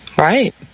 Right